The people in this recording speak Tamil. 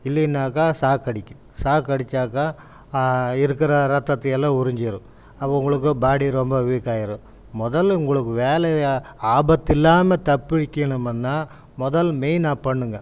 இல்லேனாக்கா ஷாக் அடிக்கும் ஷாக் அடிச்சாக்கா இருக்கிற ரத்தத்தை எல்லாம் உறிஞ்சிரும் அப்போது உங்களுக்கு பாடி ரொம்ப வீக் ஆயிடும் முதல்ல உங்களுக்கு வேலையை ஆபத்தில்லாமல் தப்பிக்கணும்னால் முதல் மெயின் ஆப் பண்ணுங்க